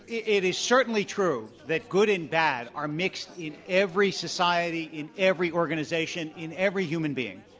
it is certainly true that good and bad are mixed in every society, in every organization, in every human being,